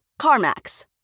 CarMax